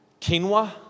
quinoa